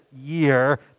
year